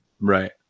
right